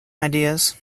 ideas